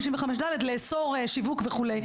55ד' לאסור שיווק וכו'.